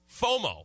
FOMO